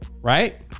Right